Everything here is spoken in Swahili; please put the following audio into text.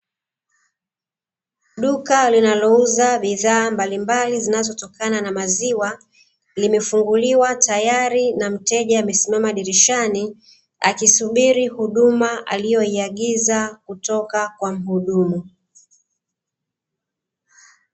Duka linalouza bidhaa mbalimbali zinazotokana na maziwa, limefunguliwa tayari na mteja amesimama dirishani, akisubiri huduma aliyoiagiza kutoka kwa mhudumu.